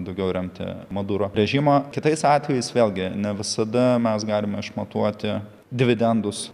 daugiau remti maduro režimo kitais atvejais vėlgi ne visada mes galime išmatuoti dividendus